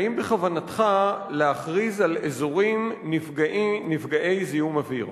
האם בכוונתך להכריז על אזורים נפגעי זיהום אוויר?